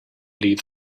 leave